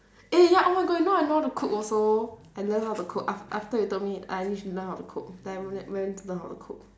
eh ya oh my god you know I know how to cook also I learn how to cook af~ after you told me I need to learn how to cook then I went went to learn how to cook